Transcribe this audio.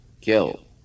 Kill